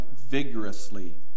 vigorously